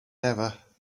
never